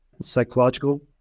psychological